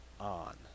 on